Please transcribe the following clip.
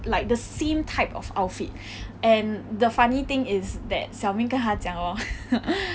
like the same type of outfit and the funny thing is that xiao ming 跟他讲 hor